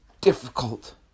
difficult